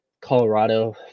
Colorado